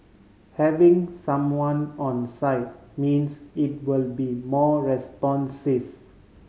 having someone on site means it will be more responsive